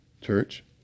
church